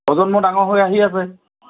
প্ৰজন্ম ডাঙৰ হৈ আহি আছে